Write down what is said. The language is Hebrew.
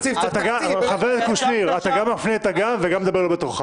אתה גם מפנה לי את הגב וגם מדבר לא בתורך.